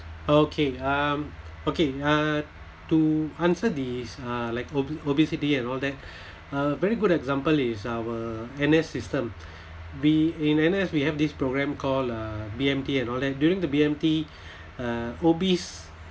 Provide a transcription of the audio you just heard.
okay um okay uh to answer this uh like ob~ obesity and all that uh a very good example is our N_S system be in N_S we have this program called uh B_M_T and all that during the B_M_T uh obese